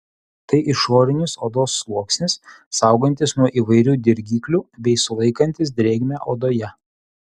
tai išorinis odos sluoksnis saugantis nuo įvairių dirgiklių bei sulaikantis drėgmę odoje